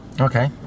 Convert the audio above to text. Okay